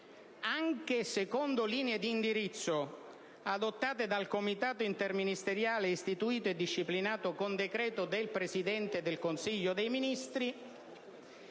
anche secondo linee di indirizzo adottate dal Comitato interministeriale istituito e disciplinato con decreto del Presidente del Consiglio dei Ministri: